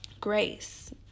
grace